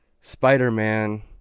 spider-man